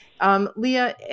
Leah